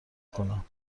کنم